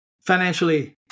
financially